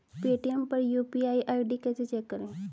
Paytm पर UPI ID कैसे check करें?